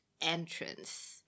entrance